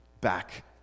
back